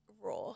raw